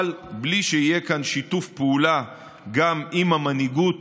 אבל בלי שיהיה כאן שיתוף פעולה גם עם המנהיגות